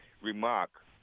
remark